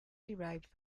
derived